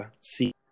see